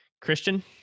Christian